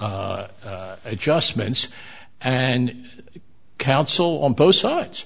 adjustments and counsel on both sides